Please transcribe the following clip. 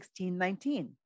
1619